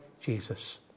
Jesus